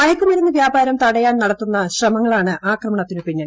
മയക്കുമരുന്ന് വ്യാപാരം തടയാൻ നടത്തുന്ന ശ്രമങ്ങളാണ് ആക്രമണത്തിന് പിന്നിൽ